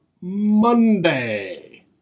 Monday